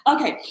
Okay